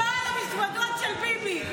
ברור, כי עשית --- על המזוודות של ביבי.